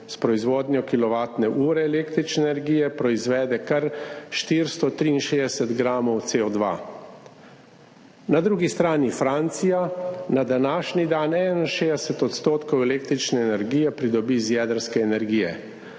s proizvodnjo kilovatne ure električne energije proizvede kar 463 gramov CO2. Na drugi strani Francija na današnji dan 61 % električne energije pridobi iz jedrske energije,